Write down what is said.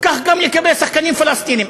כך גם לגבי שחקנים פלסטינים.